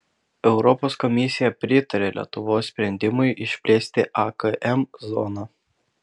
europos komisija pritarė lietuvos sprendimui išplėsti akm zoną